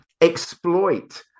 exploit